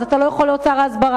אז אתה לא יכול להיות שר ההסברה,